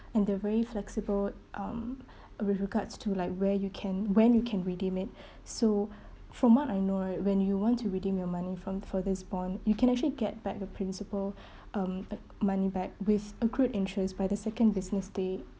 and they're very flexible um with regards to like where you can when you can redeem it so from what I know right when you want to redeem your money from for this bond you can actually get back the principal um uh money back with accrued interest by the second business day